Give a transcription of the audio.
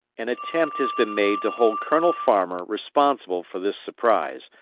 an attempt has been made to hold colonel farmer responsible for this surprise,